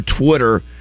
Twitter